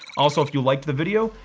also, if you liked the video,